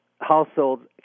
households